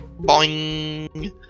Boing